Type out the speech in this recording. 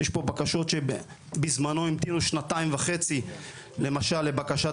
יש פה בקשות שבזמנו המתינו שנתיים וחצי למשל לבקשת